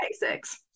basics